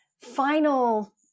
final